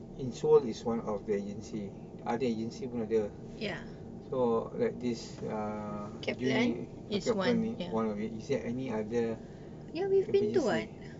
in seoul is one of the agency other agency pun ada so like this uh uni oh kaplan one of it is there any other agency